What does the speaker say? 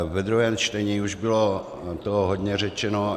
Ve druhém čtení už bylo toho hodně řečeno.